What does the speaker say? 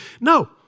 No